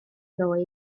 ddoe